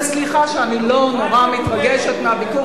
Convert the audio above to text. וסליחה שאני לא נורא מתרגשת מהביקור